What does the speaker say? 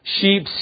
Sheep